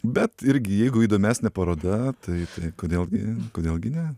bet irgi jeigu įdomesnė paroda tai tai kodėl gi kodėl gi ne